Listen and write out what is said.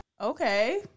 Okay